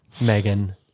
Megan